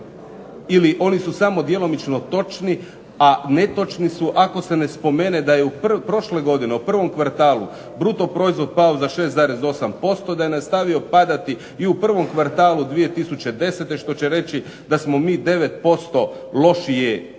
ili oni su samo djelomično točni, a netočni su ako se ne spomene da je prošle godine u prvom kvartalu brutoproizvod pao za 6,8%, da je nastavio padati i u prvom kvartalu 2010. što će reći da mi 9% imamo